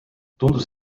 tundus